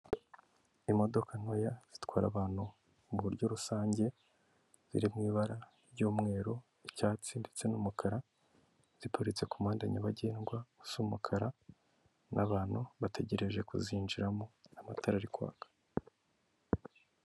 Imodoka ntoya zitwara abantu mu buryo rusange zir mu ibara ry'umweru, icyatsi ndetse n'umukara, ziparitse ku muhanda nyabagendwa usa umukara, n'abantu bategereje kuzinjiramo, amatara ari kwaka.